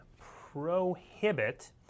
Prohibit